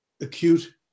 acute